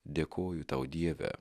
dėkoju tau dieve